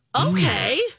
Okay